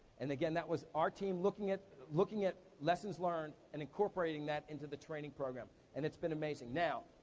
and again, that was our team looking at looking at lessons learned and incorporating that into the training program. and it's been amazing. now,